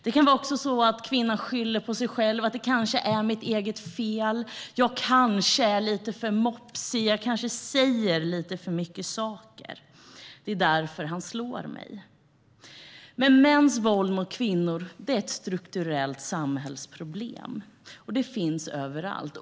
Det kan också vara så att kvinnan skyller på sig själv och tänker: Det kanske är mitt eget fel. Jag kanske är lite för mopsig. Jag kanske säger lite för mycket saker. Det är därför han slår mig. Mäns våld mot kvinnor är ett strukturellt samhällsproblem, och det finns överallt.